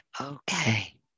okay